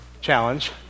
challenge